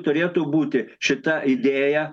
turėtų būti šita idėja